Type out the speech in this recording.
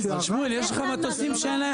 שמואל, יש מטוסים שאין להם